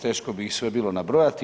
Teško bi ih sve bilo nabrojati.